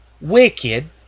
wicked